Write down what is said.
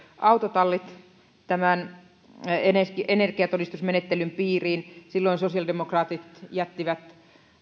autotallit energiatodistusmenettelyn piiriin silloin sosiaalidemokraatit jättivät